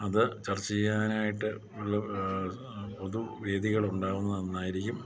അത് ചർച്ച ചെയ്യാനായിട്ട് ഉള്ള പൊതു വേദികൾ ഉണ്ടാവുന്നത് നന്നായിരിക്കും